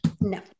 No